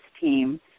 team